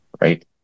right